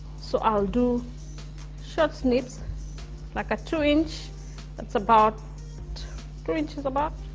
so i'll do short snips like a two inch that's about two inches about